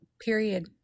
period